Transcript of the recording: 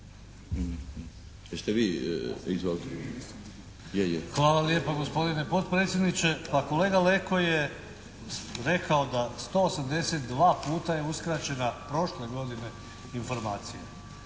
Hvala lijepa gospodine potpredsjedniče. Pa kolega Leko je rekao da 182 puta je uskraćena prošle godine informacija.